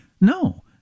no